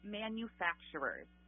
manufacturers